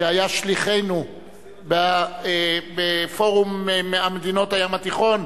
שהיה שליחנו בפורום מדינות הים התיכון,